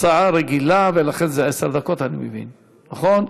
הצעה רגילה, ולכן זה עשר דקות, אני מבין, נכון?